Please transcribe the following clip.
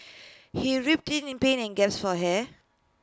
he in pain and gasped for air